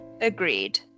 Agreed